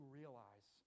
realize